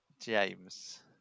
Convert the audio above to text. James